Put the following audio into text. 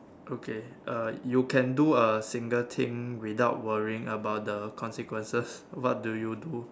okay uh you can do a single thing without worrying about the consequences what do you do